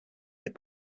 lit